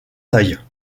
tailles